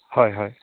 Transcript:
হয় হয়